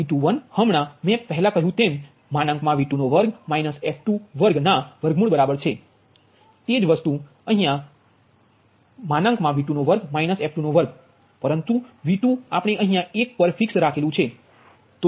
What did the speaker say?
e21 હમણાં મેં હમણાં લખ્યું V22 f22ના વર્ગમૂળ બરાબર છે તે જ વસ્તુ V22 f22 પરંતુ V2 આપણે અહીયા 1 પર ફિક્સ રાખ્યું છે